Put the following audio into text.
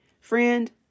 Friend